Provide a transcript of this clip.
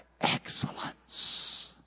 Excellence